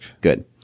Good